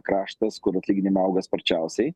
kraštas kur atlyginimai auga sparčiausiai